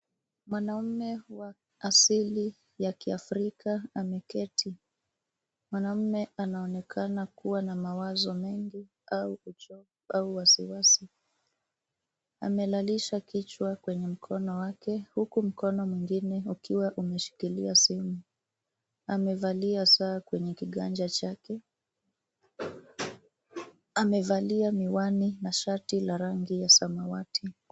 Mwanaume wa asili ya kiafrika ameketi. Mwanaume anaonekana kuwa na mawazo mengi au wasiwasi. Amelalisha kichwa kwenye mkono wake huku mkono mwingine ukiwa umeshikilia simu. Amevalia saa kwenye kiganja chake. Amevalia miwani na shati ya rangi ya samawati.